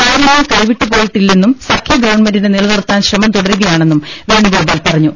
കാര്യങ്ങൾ കൈവിട്ടുപോയിട്ടില്ലെന്നും സഖ്യഗവൺമെന്റിനെ നിലനിർത്താൻ ശ്രമം തുടരുകയാണെന്നും വേണുഗോപാൽ പറഞ്ഞു